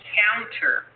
counter